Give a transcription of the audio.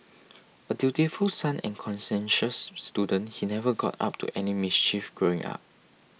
a dutiful son and conscientious student he never got up to any mischief growing up